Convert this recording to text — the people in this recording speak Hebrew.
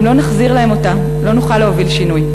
לא נחזיר להם אותה לא נוכל להוביל שינוי.